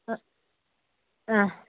ആ ആ